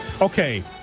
Okay